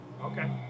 Okay